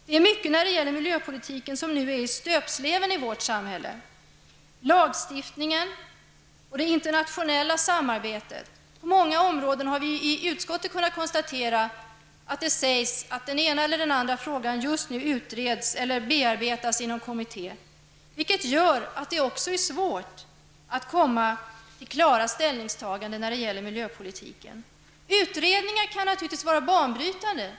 Det är mycket i det som rör miljöpolitiken som nu är i stöpsleven i vårt samhälle; lagstiftning, det internationella samarbetet. På många områden har vi i utskottet kunnat konstatera att det sägs att den ena eller den andra frågan just nu utreds eller bearbetas inom kommitté. Detta gör det också svårt att komma till klara ställningstaganden i miljöpolitiken. Utredningar kan naturligtvis vara banbrytande.